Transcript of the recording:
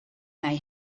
they